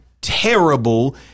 terrible